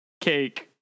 cake